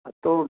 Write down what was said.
હા તો